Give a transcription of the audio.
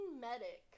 medic